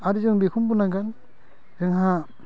आरो जों बेखौबो बुंनांगोन जोंहा